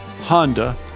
Honda